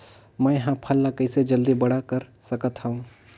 मैं ह फल ला कइसे जल्दी बड़ा कर सकत हव?